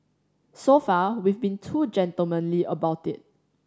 so far we've been too gentlemanly about it